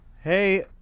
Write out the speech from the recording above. Hey